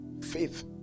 Faith